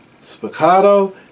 spiccato